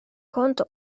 konnte